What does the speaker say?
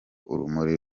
urumuri